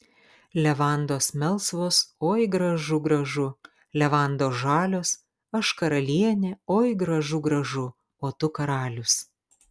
levandos melsvos oi gražu gražu levandos žalios aš karalienė oi gražu gražu o tu karalius